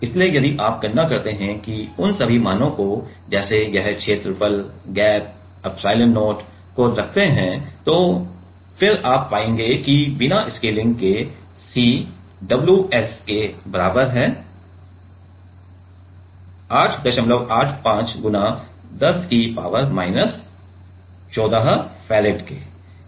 इसलिए यदि आप गणना करते हैं कि आप उन सभी मानों को जैसे यह क्षेत्रफल गैप और एप्सिलॉन0 को रखते हैं तो फिर आप पाएंगे कि बिना स्केलिंग के C ws बराबर है 885 X 10 की पावर माइनस 14 Farad के